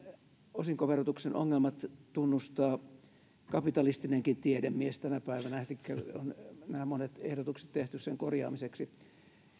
osinkoverotuksen ongelmat tunnustaa kapitalistinenkin tiedemies tänä päivänä elikkä on nämä monet ehdotukset tehty sen korjaamiseksi